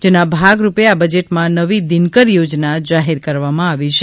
જેના ભાગરૂપે આ બજેટમાં નવી દિનકર યોજના જાહેર કરવામાં આવી છે